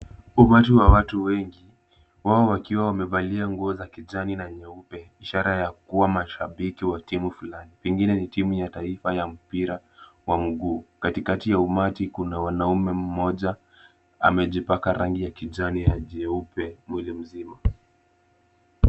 Umati wa watu wengi wao wakiwa wamevalia nguo za kijani na nyeupe ishara ya kuwa mashabiki wa timu flani pengine ni timu ya taifa ya mpira wa mguu. Katikati ya umati kuna wanaume, mmoja amejipaka rangi ya kijani ya jeupe mwili mzima.